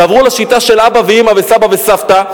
תעברו לשיטה של אבא ואמא וסבא וסבתא,